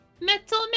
Metal